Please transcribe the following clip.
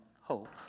hope